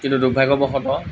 কিন্তু দুৰ্ভাগ্যবশতঃ